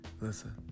Listen